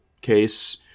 case